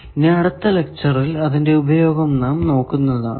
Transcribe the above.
ഇനി അടുത്ത ലെക്ച്ചറിൽ അതിന്റെ ഉപയോഗം നാം നോക്കുന്നതാണ്